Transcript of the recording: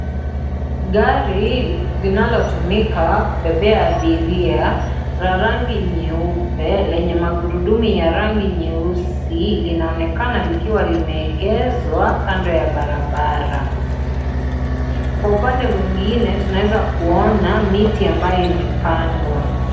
Gari linalotumika kubeba abiria la rangi nyeupe na magurudumu ya rangi nyeusi linaonekana likiwa limeegezwa kando ya barabara. Kwa upande mwingine tunaweza kuona miti ambayo imepandwa.